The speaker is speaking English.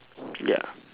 ya